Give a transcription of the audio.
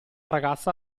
ragazza